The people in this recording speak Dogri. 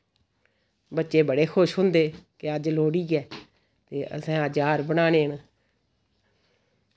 बच्चे बड़े खुश होंदे जे अज्ज लोह्ड़ी ऐ ते असें अज्ज हार बनाने न